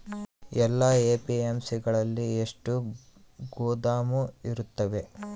ಎಲ್ಲಾ ಎ.ಪಿ.ಎಮ್.ಸಿ ಗಳಲ್ಲಿ ಎಷ್ಟು ಗೋದಾಮು ಇರುತ್ತವೆ?